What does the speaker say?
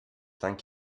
thank